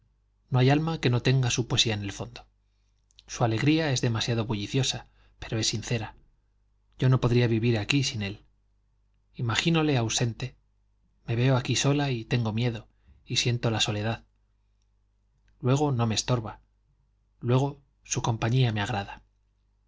no hay alma que no tenga su poesía en el fondo su alegría es demasiado bulliciosa pero es sincera yo no podría vivir aquí sin él imagínole ausente me veo aquí sola y tengo miedo y siento la soledad luego no me estorba luego su compañía me agrada